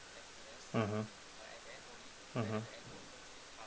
mmhmm mmhmm